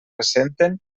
ressenten